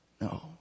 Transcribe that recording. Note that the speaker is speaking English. No